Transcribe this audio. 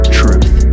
truth